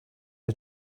her